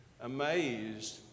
amazed